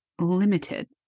limited